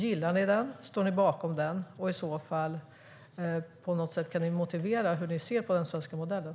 Gillar ni den och står ni bakom den? Kan ni i så fall motivera hur ni ser på den svenska modellen?